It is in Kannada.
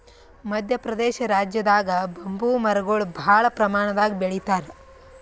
ಮದ್ಯ ಪ್ರದೇಶ್ ರಾಜ್ಯದಾಗ್ ಬಂಬೂ ಮರಗೊಳ್ ಭಾಳ್ ಪ್ರಮಾಣದಾಗ್ ಬೆಳಿತಾರ್